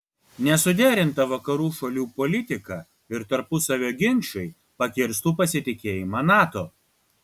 nesuderinta vakarų šalių politika ir tarpusavio ginčai pakirstų pasitikėjimą nato